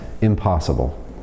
impossible